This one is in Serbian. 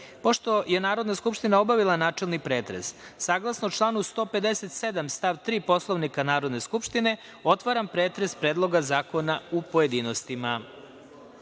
je Narodna skupština obavila načelni pretres, saglasno članu 157. stav 3. Poslovnika Narodne skupštine, otvaram pretres Predloga zakona u pojedinostima. Na